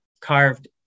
Carved